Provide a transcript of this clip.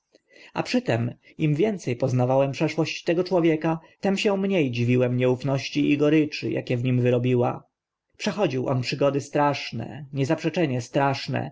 a przy tym im więce poznawałem przeszłość tego człowieka tym się mnie dziwiłem nieufności i goryczy akie w nim wyrobiła przechodził on przygody straszne niezaprzeczenie straszne